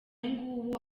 nguwo